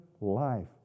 life